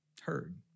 heard